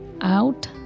out